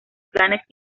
planes